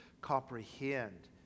comprehend